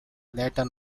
later